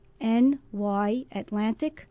nyatlantic